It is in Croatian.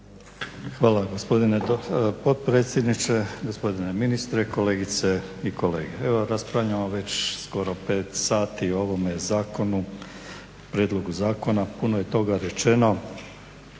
Hvala gospodine potpredsjedniče. Gospodine ministre, kolegice i kolege. Evo raspravljamo skoro već pet sati o ovome prijedlogu zakona. Puno je toga rečeno